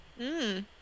Mmm